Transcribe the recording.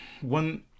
one